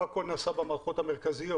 לא הכל נעשה במערכות המרכזיות,